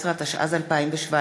117), התשע"ז 2017,